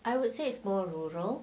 I would say it's more rural